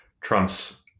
Trump's